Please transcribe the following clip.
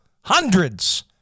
Hundreds